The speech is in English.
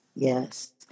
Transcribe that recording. Yes